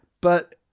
But-